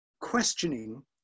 questioning